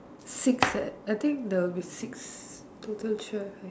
six at I think there will be six total twelve leh